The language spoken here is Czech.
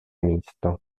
místo